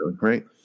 Right